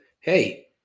hey